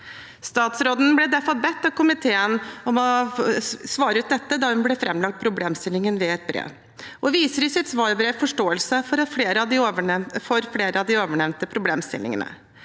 Statsråden ble derfor bedt av komiteen om å svare på dette da hun ble framlagt problemstillingen i et brev, og viser i sitt svarbrev forståelse for flere av de ovennevnte problemstillingene.